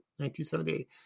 1978